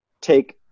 take